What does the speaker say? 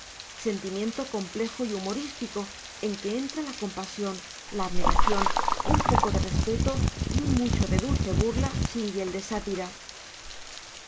sentimiento complejo y humorístico en que entra la compasión la abnegación un poco de respeto y un mucho de dulce burla sin hiel